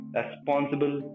responsible